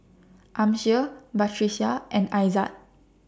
Amsyar Batrisya and Aizat